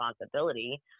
responsibility